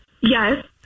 Yes